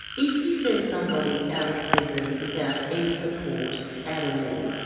if you send somebody out of prison without any support at all,